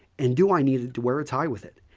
and do i need to wear a tie with it?